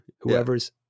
Whoever's